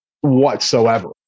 whatsoever